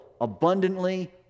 abundantly